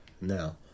now